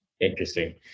Interesting